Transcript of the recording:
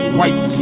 white